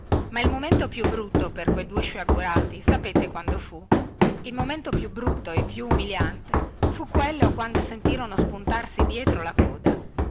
ma il momento più brutto per que due sciagurati sapete quando fu il momento più brutto e più umiliante fu quello quando sentirono spuntarsi di dietro la coda